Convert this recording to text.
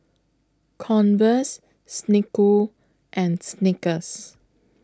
Converse Snek Ku and Snickers